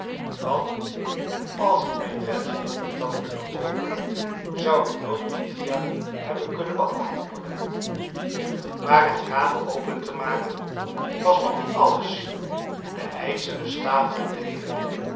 want als ik mijn venster niet had kunnen openen zou ik nooit mattia hebben kunnen beantwoorden maar het raam open te maken was nog niet alles de ijzeren staven bleven